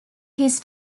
his